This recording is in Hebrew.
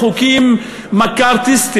אלו חוקים מקארתיסטיים,